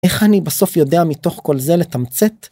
איך אני בסוף יודע מתוך כל זה לתמצת?